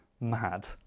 mad